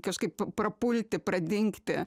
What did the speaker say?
kažkaip prapulti pradingti